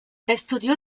estudió